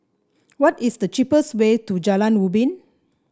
what is the cheapest way to Jalan Ubin